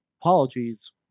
apologies